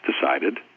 decided